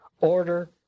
Order